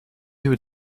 would